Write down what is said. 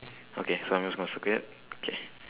okay so I'm just gonna circle it K